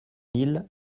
mille